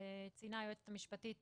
שציינה היועצת המשפטית,